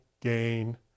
gain